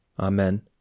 Amen